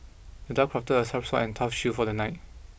the dwarf crafted a sharp sword and a tough shield for the knight